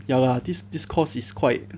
ya lah this this course it quite